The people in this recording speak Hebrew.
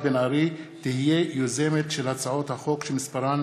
בן ארי תהיה יוזמת של הצעות החוק שמספרן